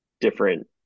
different